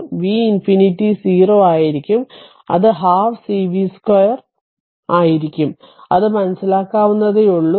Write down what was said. v infinity 0 ആയിരിക്കും അത് 12 cv2 ആയിരിക്കും അത് മനസ്സിലാക്കാവുന്നതേയുള്ളൂ